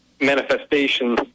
manifestation